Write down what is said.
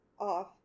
off